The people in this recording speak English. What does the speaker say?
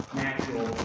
natural